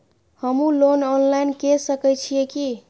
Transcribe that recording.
हमू loan online के सके छीये की?